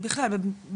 מתמחים